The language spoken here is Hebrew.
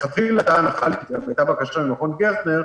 --- הייתה בקשה ממכון "גרטנר"